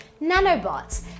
nanobots